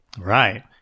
Right